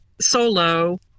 solo